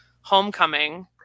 Homecoming